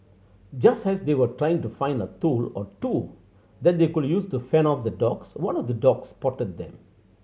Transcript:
just as they were trying to find a tool or two that they could use to fend off the dogs one of the dogs spotted them